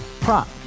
prop